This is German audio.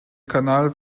kanal